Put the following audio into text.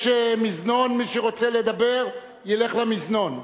יש מזנון, ומי שרוצה לדבר ילך למזנון.